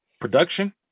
production